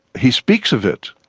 he speaks of it,